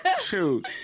Shoot